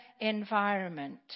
environment